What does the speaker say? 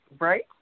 Right